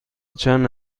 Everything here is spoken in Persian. چند